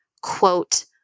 quote